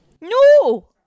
No